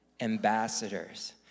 Ambassadors